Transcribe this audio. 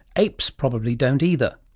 apes probably don't either.